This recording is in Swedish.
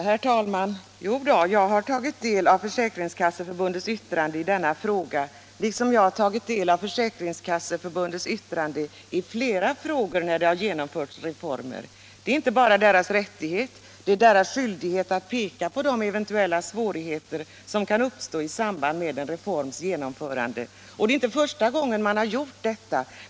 Herr talman! Jo då, jag har tagit del av Försäkringskasseförbundets yttrande i denna fråga liksom jag har tagit del av förbundets yttranden i flera frågor när reformer genomförts. Det är inte bara förbundets rättighet utan också dess skyldighet att peka på de eventuella svårigheter som kan uppstå i samband med en reforms genomförande. Det är alltså inte första gången förbundet gör så.